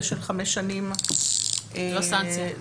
של חמש שנים --- זה לא סנקציה.